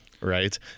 right